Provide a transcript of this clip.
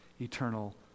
Eternal